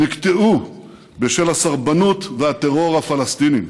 נקטעו בשל הסרבנות והטרור הפלסטיניים.